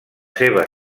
seva